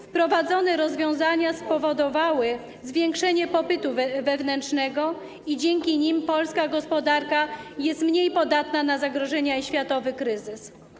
Wprowadzone rozwiązania spowodowały zwiększenie popytu wewnętrznego i dzięki nim polska gospodarka jest mniej podatna na zagrożenia i światowy kryzys.